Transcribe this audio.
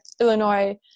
illinois